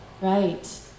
Right